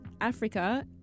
Africa